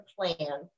plan